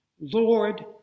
Lord